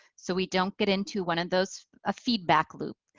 so we don't get into one of those ah feedback loops.